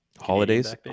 holidays